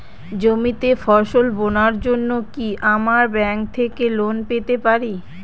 জমিতে ফসল বোনার জন্য কি আমরা ব্যঙ্ক থেকে লোন পেতে পারি?